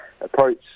approach